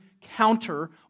counter